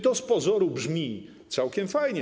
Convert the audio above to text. To z pozoru brzmi całkiem fajnie.